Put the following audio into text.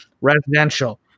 residential